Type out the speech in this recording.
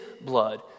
blood